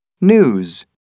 News